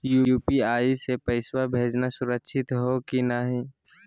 UPI स पैसवा भेजना सुरक्षित हो की नाहीं?